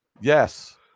Yes